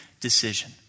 decision